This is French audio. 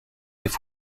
aient